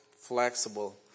flexible